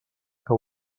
que